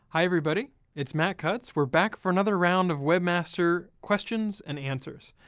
hi everybody. it's matt cutts. we're back for another round of webmaster questions and answers.